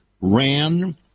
ran